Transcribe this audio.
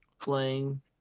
playing